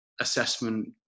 assessment